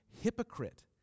hypocrite